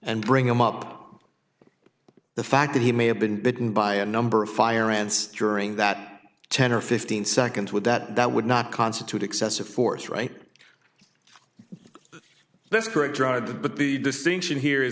and bring him up the fact that he may have been bitten by a number of fire ants during that ten or fifteen seconds would that that would not constitute excessive force right that's correct dr but the distinction here